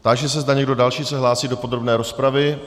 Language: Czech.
Táži se, zda někdo další se hlásí do podrobné rozpravy.